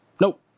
Nope